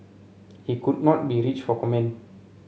he could not be reached for comment